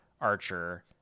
Archer